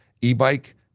E-bike